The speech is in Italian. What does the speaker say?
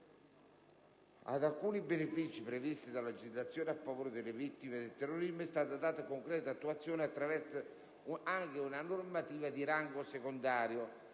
Ad alcuni benefici previsti dalla legislazione a favore delle vittime del terrorismo è stata data concreta attuazione anche attraverso la normativa di rango secondario.